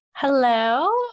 Hello